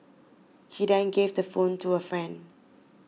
he then gave the phone to a friend